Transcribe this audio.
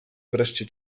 wreszcie